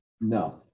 No